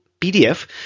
PDF